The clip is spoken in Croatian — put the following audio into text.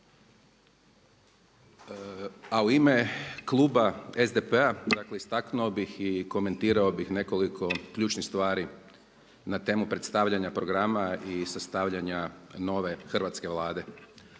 A u ime kluba SDP-a istaknuo bih i komentirao bih nekoliko ključnih stvari na temu predstavljanja programa i sastavljanja nove hrvatske Vlade.